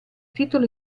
titolo